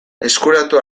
eskuratu